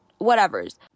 whatevers